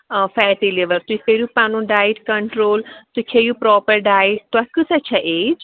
آ fatty liver تُہۍ کٔرِو پَنُن ڈایِٹ کَنٹرٛول تُہۍ کھیٚیِو پرٛاپَر ڈایِٹ تۄہہِ کٕژاہ چھا ایج